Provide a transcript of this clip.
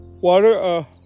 Water